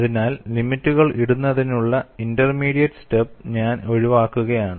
അതിനാൽ ലിമിറ്റുകൾ ഇടുന്നതിനുള്ള ഇന്റർമീഡിയറ്റ് സ്റ്റെപ്പ് ഞാൻ ഒഴിവാക്കുകയാണ്